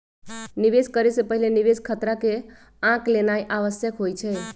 निवेश करे से पहिले निवेश खतरा के आँक लेनाइ आवश्यक होइ छइ